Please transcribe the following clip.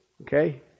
Okay